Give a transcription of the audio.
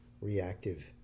reactive